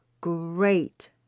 great